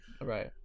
right